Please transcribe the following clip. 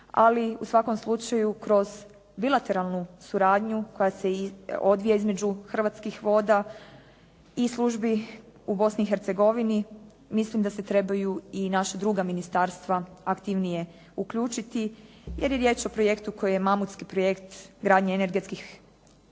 Ali u svakom slučaju kroz bilatelarnu suradnju koja se odvija između hrvatskih voda i službi u Bosni i Hercegovini mislim da se trebaju i naša druga ministarstva aktivnije uključiti jer je riječ o projektu koji je mamutski projekt gradnje energetskih